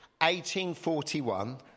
1841